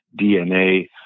DNA